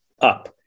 up